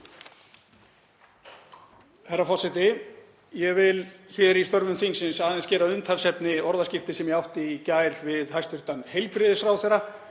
Herra forseti. Ég vil hér í störfum þingsins aðeins gera að umtalsefni orðaskipti sem ég átti í gær við hæstv. heilbrigðisráðherra